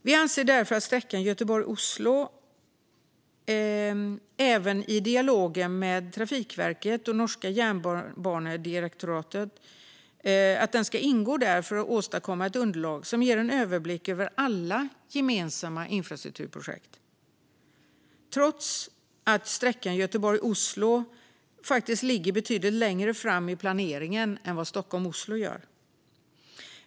Vi anser därför att sträckan Göteborg-Oslo bör ingå i dialogen mellan Trafikverket och norska Jernbanedirektoratet för att åstadkomma ett underlag som ger en överblick över alla gemensamma infrastrukturprojekt, trots att sträckan Göteborg-Oslo faktiskt ligger betydligt längre fram i planeringen än vad sträckan Stockholm-Oslo gör.